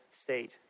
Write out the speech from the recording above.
state